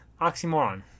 oxymoron